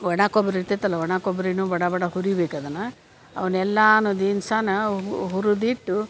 ಒಣ ಕೊಬ್ರಿ ಇರ್ತೇತಲ್ಲ ಒಣ ಕೊಬ್ರಿನು ಬಡಾ ಬಡ ಹುರಿಬೇಕ್ ಅದನ್ನ ಅವುನ್ನೆಲ್ಲಾನು ದೀನ್ಸಾನ ಹುರಿದಿಟ್ಟು